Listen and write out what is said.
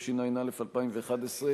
התשע"א 2011,